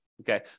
okay